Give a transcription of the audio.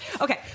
Okay